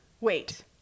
Wait